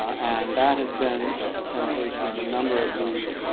and that has been a temptation of a number of these